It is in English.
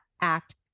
act